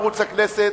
ערוץ הכנסת,